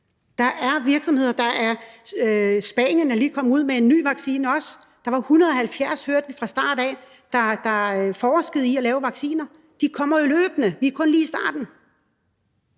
det at producere en vaccine. Spanien er lige kommet ud med en ny vaccine. Som vi hørte fra starten af, var der 170, der forskede i at lave vacciner. De kommer jo løbende. Vi er kun lige i starten.